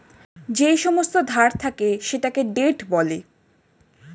যেই সমস্ত ধার থাকে সেটাকে ডেট বলে